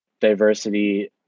diversity